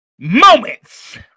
Moments